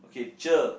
okay cher